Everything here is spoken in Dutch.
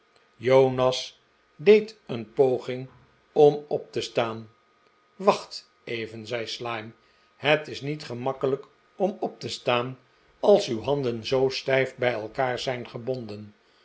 jonas deed een poging om op te staan wacht even zei slyme het is niet gemakkelijk om op te staan als uw han den zoo stijf bij elkaar zijn gebonden